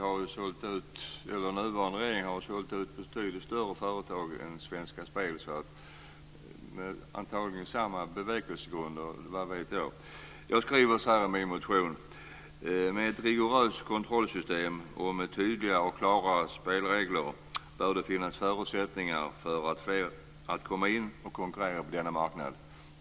Fru talman! Den nuvarande regeringen har ju sålt ut betydligt större företag än Svenska Spel, antagligen med samma bevekelsegrunder - vad vet jag. Jag skriver i min motion: Med ett rigoröst kontrollsystem och med tydliga och klara spelregler bör det finnas förutsättningar för fler att komma in och konkurrera på denna marknad.